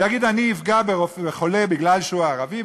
יגיד: אני אפגע בחולה בגלל שהוא ערבי,